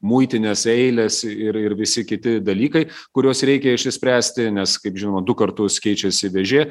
muitinės eilės ir ir visi kiti dalykai kuriuos reikia išsispręsti nes kaip žinoma du kartus keičiasi dėžė